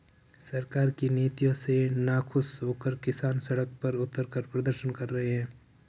सरकार की नीतियों से नाखुश होकर किसान सड़क पर उतरकर प्रदर्शन कर रहे हैं